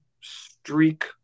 streak